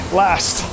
last